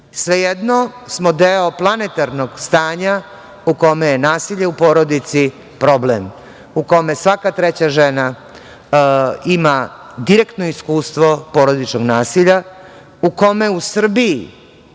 ljudima. Svejedno smo deo planetarnog stanja u kome je nasilje u porodici problem, u kome svaka treća žena ima direktno iskustvo porodičnog nasilja, u kome u Srbiji